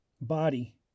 body